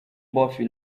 buffy